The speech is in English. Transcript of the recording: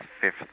fifth